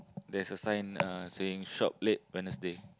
there's a sign uh saying shop late Wednesday